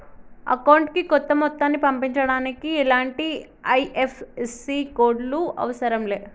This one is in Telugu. అకౌంటుకి కొంత మొత్తాన్ని పంపించడానికి ఎలాంటి ఐ.ఎఫ్.ఎస్.సి కోడ్ లు అవసరం లే